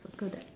circle that